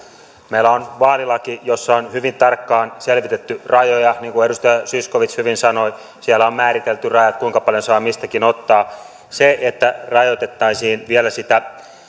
meillä on vaalilaki jossa on hyvin tarkkaan selvitetty rajoja niin kuin edustaja zyskowicz hyvin sanoi siellä on määritelty rajat kuinka paljon saa mistäkin ottaa sille että rajoitettaisiin vielä sitä